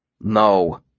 No